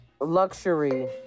Luxury